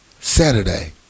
Saturday